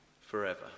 forever